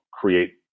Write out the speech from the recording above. create